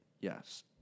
yes